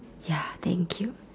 ya thank you